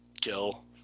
kill